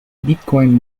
bitcoin